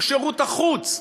הוא שירות החוץ.